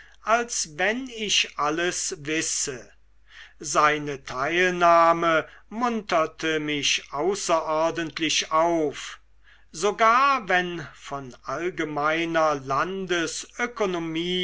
als wenn ich alles wisse seine teilnahme munterte mich außerordentlich auf sogar wenn von allgemeiner